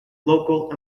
local